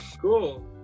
Cool